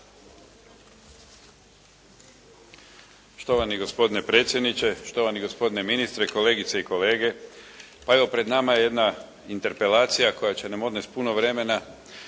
Štovani gospodine predsjedniče, štovani gospodine ministre, kolegice i kolege. Pa evo, pred nama je jedna interpelacija koja će nam odnijeti puno vremena